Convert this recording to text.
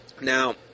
Now